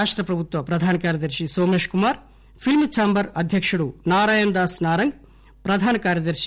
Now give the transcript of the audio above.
రాష్ట ప్రభుత్వ ప్రధాన కార్యదర్శి నోమేష్ కుమార్ పిల్క్ ఛాంబర్ అధ్యకుడు నారాయణ్ దాస్ నారంగ్ ప్రధాన కార్యదర్ని